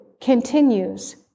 continues